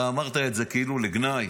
אתה אמרת את זה כאילו לגנאי.